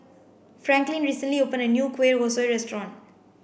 Franklin recently opened a new Kueh Kosui restaurant